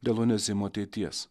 dėl onezimo ateities